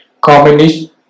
communist